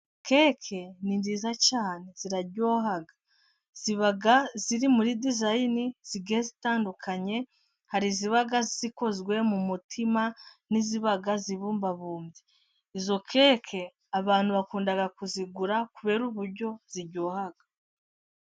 Keke ni nziza cyane, ziraryoha ziba ziri muri disayini zigiye zitandukanye, hari izibaga zikozwe mu mutima n'iziba zibumbabumbye, izo keke abantu bakunda kuzigura kubera uburyo ziryoha.